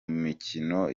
mikino